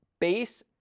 Base